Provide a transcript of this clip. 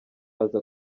aza